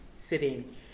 sitting